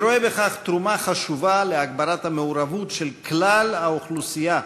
אני רואה בכך תרומה חשובה להגברת המעורבות של כלל האוכלוסייה